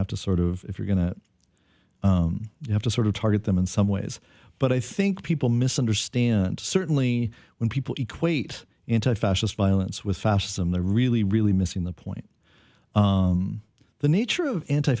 have to sort of if you're going to you have to sort of target them in some ways but i think people misunderstand certainly when people equate anti fascist violence with fascism the really really missing the point the nature of anti